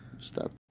Stop